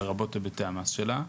לרבות היבטי המס שלה.